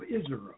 Israel